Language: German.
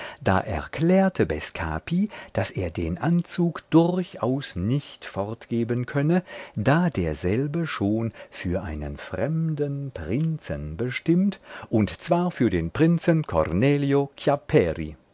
da erklärte bescapi daß er den anzug durchaus nicht fortgeben könne da derselbe schon für einen fremden prinzen bestimmt und zwar für den prinzen cornelio